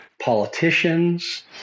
politicians